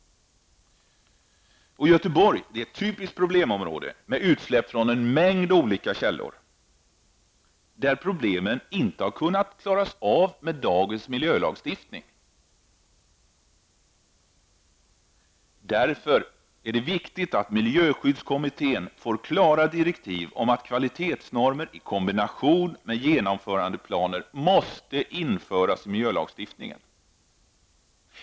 Göteborg är ett typiskt problemområde, med utsläpp från en mängd olika källor, där problemen inte har kunnat klaras av med dagens miljölagstiftning. Miljöskyddskommittén bör därför få klara direktiv om att kvalitetsnormer i kombination med genomförandeplaner bör införas i miljölagstiftningen.